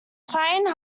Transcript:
fine